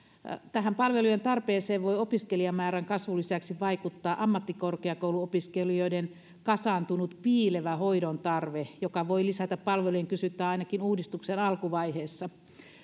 tähän palvelujen tarpeeseen voi opiskelijamäärän kasvun lisäksi vaikuttaa ammattikorkeakouluopiskelijoiden kasaantunut piilevä hoidon tarve joka voi lisätä palvelujen kysyntää ainakin uudistuksen alkuvaiheessa